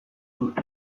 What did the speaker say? dut